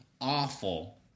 awful